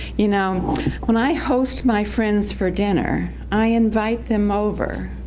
you know when i host my friends for dinner, i invite them over,